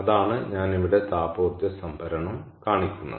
അതാണ് ഞാൻ ഇവിടെ താപ ഊർജ്ജ സംഭരണം കാണിക്കുന്നത്